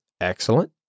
Excellent